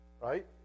right